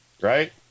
Right